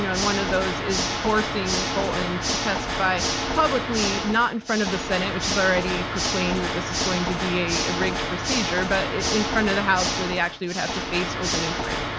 and one of those is forcing bolton to testify publicly not in front of the senate, which is already proclaimed that this is going to be a rigged procedure, but in front of the house where they actually would have to face open inquiry.